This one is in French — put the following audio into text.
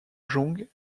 jong